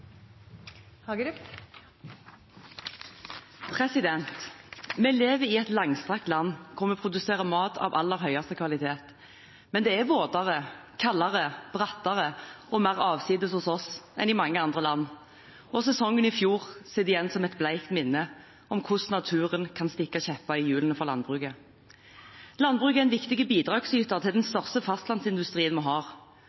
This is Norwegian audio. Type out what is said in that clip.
viktig. Vi lever i et langstrakt land hvor vi produserer mat av aller høyeste kvalitet. Men det er våtere, kaldere, brattere og mer avsides hos oss enn i mange andre land, og sesongen i fjor sitter igjen som et blekt minne om hvordan naturen kan stikke kjepper i hjulene for landbruket. Landbruket er en viktig bidragsyter til den